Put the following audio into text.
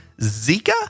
Zika